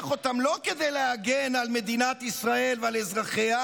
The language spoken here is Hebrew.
אותם לא כדי להגן על מדינת ישראל ועל אזרחיה,